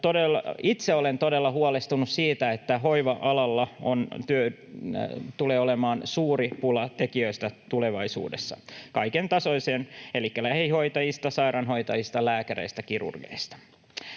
itse olen todella huolestunut siitä, että hoiva-alalla tulee olemaan suuri pula kaiken tasoisista tekijöistä tulevaisuudessa: elikkä lähihoitajista, sairaanhoitajista, lääkäreistä, kirurgeista.